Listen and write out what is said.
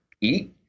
eat